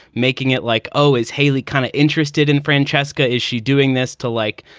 making it like, oh, is hayley kind of interested in francesca? is she doing this to like,